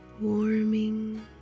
warming